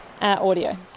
audio